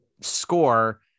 score